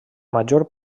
major